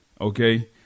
Okay